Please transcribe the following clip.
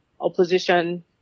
opposition